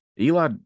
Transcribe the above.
Eli